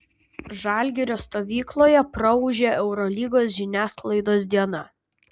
žalgirio stovykloje praūžė eurolygos žiniasklaidos diena